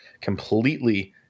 completely